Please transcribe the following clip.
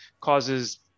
causes